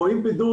או עם בידוד,